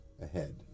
ahead